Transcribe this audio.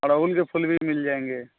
गुड़हल के फूल भी मिल जाएँगें